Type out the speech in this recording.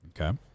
Okay